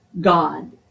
God